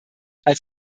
als